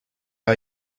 are